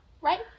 Right